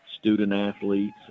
student-athletes